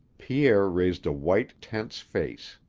pierre raised a white, tense face.